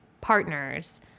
partners